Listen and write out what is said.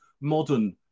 modern